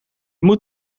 moet